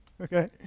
Okay